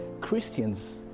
Christians